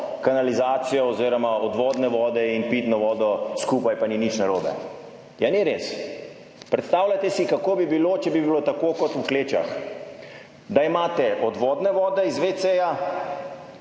kanalizacijo oziroma od vodne vode in pitno vodo skupaj, pa ni nič narobe. Ja, ni res. Predstavljajte si, kako bi bilo, če bi bilo tako kot v Klečah, da imate odvodne vode iz WC-ja,